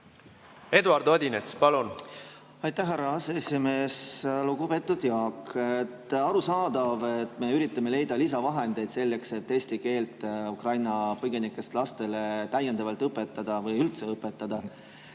Eduard Odinets, palun!